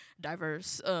diverse